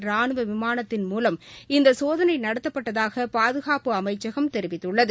ராணுவ விமானத்தின் மூவம் இந்த சோதனை நடத்தப்பட்டதாக பாதுகாப்பு அமைச்சகம் தெரிவித்துள்ளது